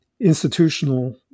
institutional